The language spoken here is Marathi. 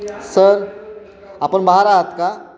सर आपण बाहेर आहात का